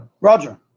Roger